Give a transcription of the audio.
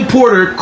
Porter